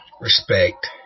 respect